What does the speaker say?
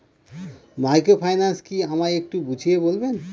Microfinance কি আমায় একটু বুঝিয়ে বলবেন?